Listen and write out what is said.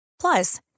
Plus